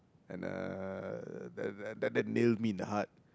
and uh that that that nailed me in the heart